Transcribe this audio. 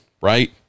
right